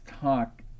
Talk